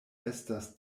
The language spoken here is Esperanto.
estas